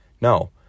no